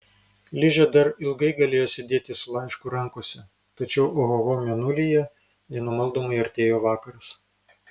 ližė dar ilgai galėjo sėdėti su laišku rankose tačiau ohoho mėnulyje nenumaldomai artėjo vakaras